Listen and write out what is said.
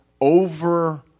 over